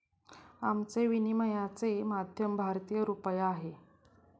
आमचे विनिमयाचे माध्यम भारतीय रुपया आहे